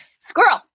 squirrel